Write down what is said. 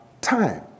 time